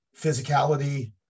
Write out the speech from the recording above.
physicality